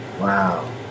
Wow